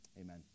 Amen